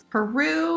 Peru